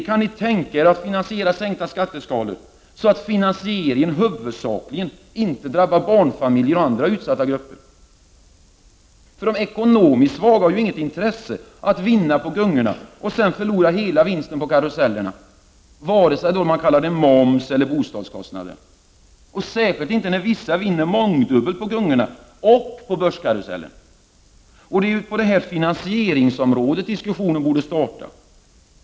Kan ni tänka er att finansiera sänkta skatteskalor så, att finansieringen huvudsakligen inte drabbar barnfamiljer och andra utsatta grupper? De ekonomiskt svaga har ju inget intresse av att vinna på gungorna och sedan förlora hela vinsten på karusellen, vare sig man kallar det moms eller bostadskostnader — särskilt inte när vissa vinner mångdubbelt på gungorna och på börskarusellen. Det är på finansieringsområdet diskussionen borde starta.